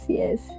yes